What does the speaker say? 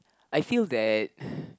I feel that